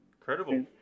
Incredible